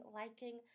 liking